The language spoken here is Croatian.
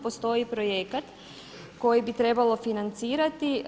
Postoji projekat koji bi trebalo financirati.